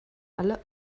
alle